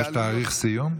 יש תאריך סיום?